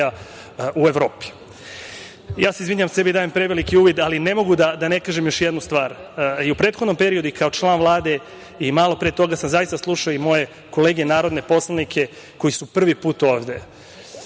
u Evropi. Ja se izvinjavam, sebi dajem preveliki uvid, ali ne mogu da ne kažem još jednu stvar. I u prethodnom periodu i kao član Vlade i malo pre toga sam zaista slušao i moje kolege narodne poslanike koji su prvi put ovde.